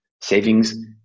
savings